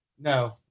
no